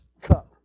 cup